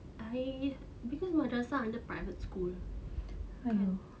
I because madrasah under private school kan